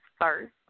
first